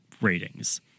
ratings